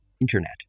internet